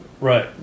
right